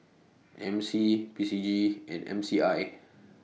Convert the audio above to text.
M C P C G and M C I